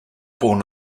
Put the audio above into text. born